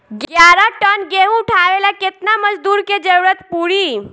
ग्यारह टन गेहूं उठावेला केतना मजदूर के जरुरत पूरी?